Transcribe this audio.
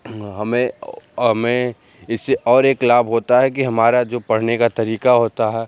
हमें हमें इससे और एक लाभ होता है कि हमारा जो पढ़ने का तरीका होता है